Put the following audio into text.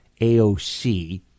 AOC